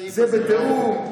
זה בתיאום,